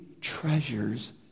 treasures